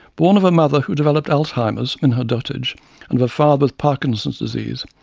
born of a mother who developed alzheimers in her dotage, and of a father with parkinson's disease,